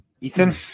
Ethan